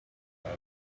that